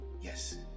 Yes